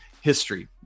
history